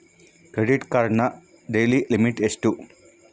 Credit ಕಾರ್ಡಿನ daily limit ಎಷ್ಟು?